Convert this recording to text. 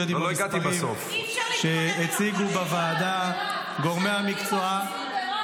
עדיין אפשר לפרגן על מה שיש -- על מה